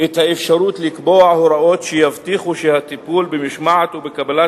את האפשרות לקבוע הוראות שיבטיחו שהטיפול במשמעת ובקבלת